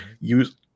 use